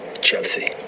Chelsea